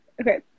Okay